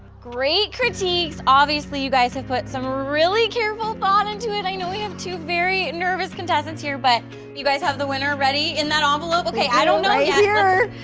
great critiques, obviously you guys have put some really careful thought into it i know we have two very nervous contestants here, but you guys have the winner ready in that envelope. okay, i don't know. yeah we